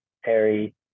Harry